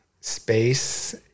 space